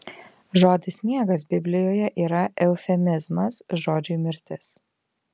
žodis miegas biblijoje yra eufemizmas žodžiui mirtis